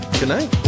Goodnight